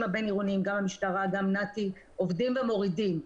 הבין-עירוניים גם המשטרה וגם נת"י עובדים ומורידים.